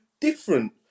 different